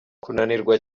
kunanirwa